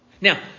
Now